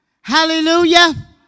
Hallelujah